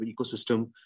ecosystem